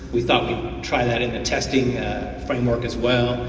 we thought we'd try that in the testing framework as well.